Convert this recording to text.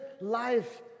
life